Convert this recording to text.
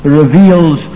reveals